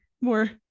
more